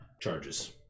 charges